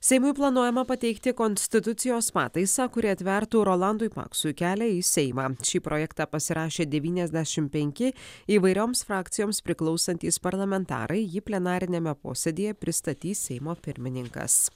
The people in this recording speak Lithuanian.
seimui planuojama pateikti konstitucijos pataisą kuri atvertų rolandui paksui kelią į seimą šį projektą pasirašė devyniasdešim penki įvairioms frakcijoms priklausantys parlamentarai jį plenariniame posėdyje pristatys seimo pirmininkas